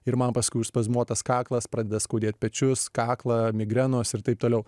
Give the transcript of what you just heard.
ir man paskui užspazmuotas kaklas pradeda skaudėt pečius kaklą migrenos ir taip toliau